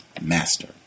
master